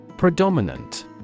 Predominant